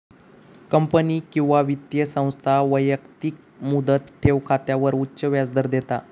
company किंवा वित्तीय संस्था व्यक्तिक मुदत ठेव खात्यावर उच्च व्याजदर देता